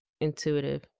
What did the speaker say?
intuitive